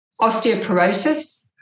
Osteoporosis